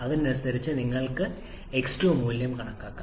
അതിനനുസരിച്ച് നിങ്ങൾക്ക് എന്റെ കൈവശമുള്ള x2 x2 മൂല്യം കണക്കാക്കാം